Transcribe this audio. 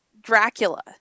Dracula